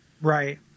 Right